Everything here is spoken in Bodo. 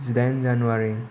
जि दाइन जानुवारि